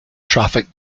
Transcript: traffic